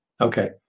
Okay